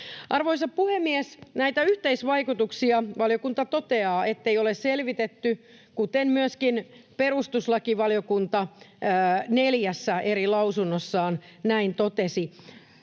toteaa, ettei näitä yhteisvaikutuksia ole selvitetty, kuten myöskin perustuslakivaliokunta neljässä eri lausunnossaan totesi.